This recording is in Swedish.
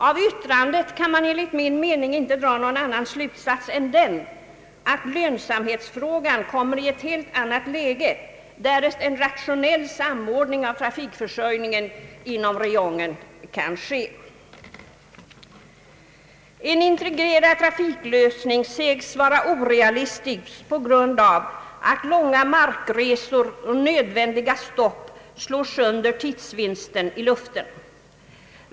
Av yttrandet kan man enligt min mening inte dra någon annan slutsats än att lönsamhetsfrågan kommer i ett helt annat läge, därest en ra tionell samordning av trafikförsörjningen inom regionen kan ske. En integrerad trafiklösning sägs vara orealistisk på grund av att många markresor och nödvändiga stopp reducerar tidsvinsten i luften.